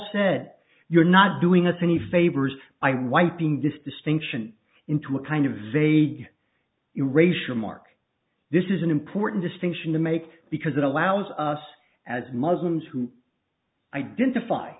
said you're not doing us any favors by wiping this distinction into a kind of vague in racial remark this is an important distinction to make because it allows us as muslims who identify